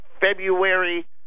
February